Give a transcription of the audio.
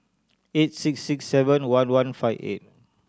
eight six six seven one one five eight